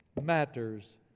matters